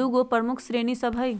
दूगो प्रमुख श्रेणि सभ हइ